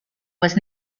was